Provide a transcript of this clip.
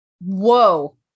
Whoa